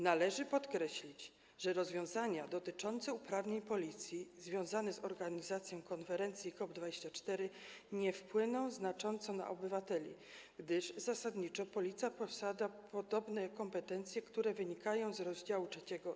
Należy podkreślić, że rozwiązania dotyczące uprawnień Policji związane z organizacją konferencji COP24 nie wpłyną znacząco na obywateli, gdyż zasadniczo Policja posiada podobne kompetencje, które wynikają z rozdziału 3: